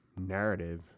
narrative